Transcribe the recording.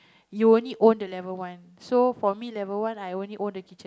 you only own the level one so for me level one I only own the kitchen